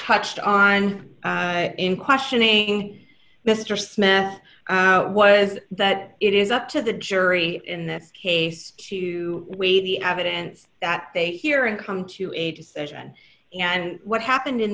touched on in questioning mr smith was that it is up to the jury in this case to weigh the evidence that they hear and come to a decision and what happened in